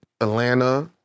Atlanta